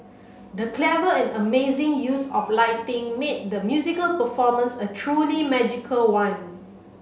the clever and amazing use of lighting made the musical performance a truly magical one